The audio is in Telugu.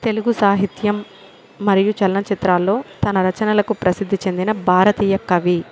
తెలుగు సాహిత్యం మరియు చలనచిత్రాల్లో తన రచనలకు ప్రసిద్ధి చెందిన భారతీయ కవి